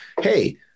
Hey